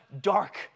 dark